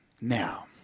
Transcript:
Now